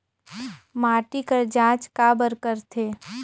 माटी कर जांच काबर करथे?